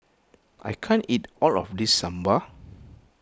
I can't eat all of this Sambar